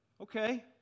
Okay